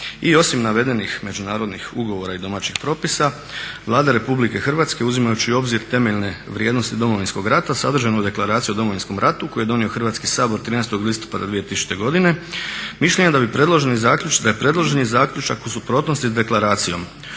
I osim navedenih međunarodnih ugovora i domaćih propisa Vlada RH uzimajući u obzir temeljne vrijednosti Domovinskog rata, sadržajnu Deklaraciju o Domovinskom ratu koju je donio Hrvatski sabor 13. listopada 2000. godine mišljenja je da je predloženi zaključak u suprotnosti sa deklaracijom.